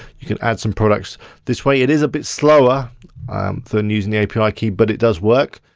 you can add some products this way. it is a bit slower than using the api key, but it does work.